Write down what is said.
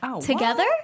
together